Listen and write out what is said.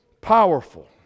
powerful